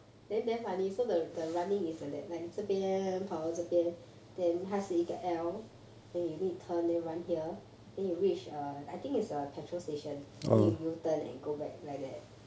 then damn funny so the the running is like that like 这边跑到这边 then 他是一个 then you need turn then run here then you reach a I think is a petrol station then you U-turn and go back like that